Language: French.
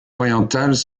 orientales